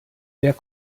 wer